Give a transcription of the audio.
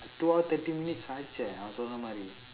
two hour thirty minutes